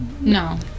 No